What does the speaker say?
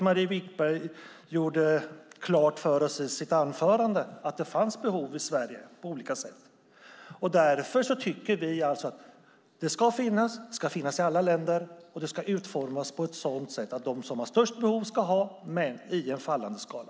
Marie Wickberg gjorde klart för oss i sitt anförande att det fanns olika behov i Sverige. Därför tycker vi att stödet ska finnas i alla länder och att det ska utformas på ett sådant sätt att de som har störst behov ska ha, men i en fallande skala.